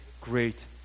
great